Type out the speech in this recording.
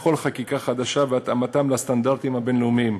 בכל חקיקה חדשה ועל התאמתן לסטנדרטים הבין-לאומיים,